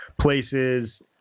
places